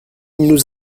nous